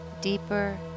deeper